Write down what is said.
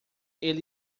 ele